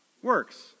works